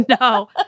No